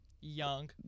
young